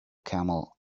camel